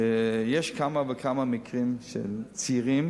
שיש בה כמה וכמה מקרים של צעירים